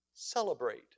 Celebrate